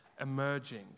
emerging